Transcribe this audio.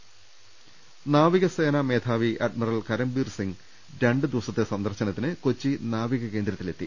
രുവെട്ടറും നാവികസേനാ മേധാവി അഡ്മിറൽ കരംബീർ സിംഗ് രണ്ടുദിവസത്തെ സന്ദർശനത്തിന് കൊച്ചി നാവിക കേന്ദ്രത്തിലെത്തി